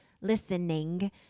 listening